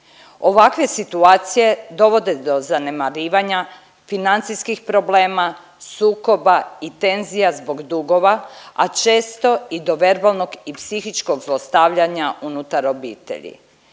Ovakve situacije dovode do zanemarivanja, financijskih problema, sukoba i tenzija zbog dugova, a često i do verbalnog i psihičkog zlostavljanja unutar obitelji.